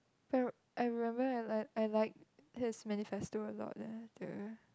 if I I remember I like I likes his manifesto a lot leh the